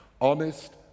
honest